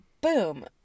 boom